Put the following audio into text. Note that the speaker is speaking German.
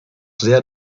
sehr